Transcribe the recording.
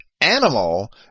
animal